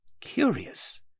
Curious